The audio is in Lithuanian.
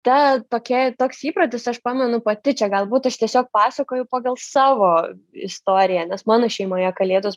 ta tokia toks įprotis aš pamenu pati čia galbūt aš tiesiog pasakoju pagal savo istoriją nes mano šeimoje kalėdos